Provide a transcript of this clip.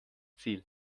ziel